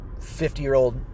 50-year-old